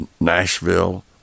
Nashville